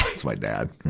that's my dad,